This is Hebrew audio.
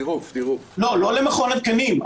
לא למכון התקנים.